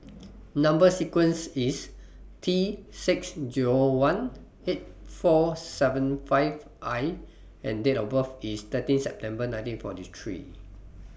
Number sequence IS T six Zero one eight four seven five I and Date of birth IS thirteen September nineteen forty three